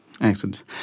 Excellent